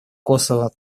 косово